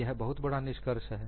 यह बहुत बड़ा निष्कर्ष है